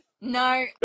No